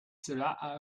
cela